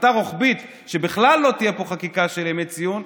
החלטה רוחבית שבכלל לא תהיה פה חקיקה של ימי ציון,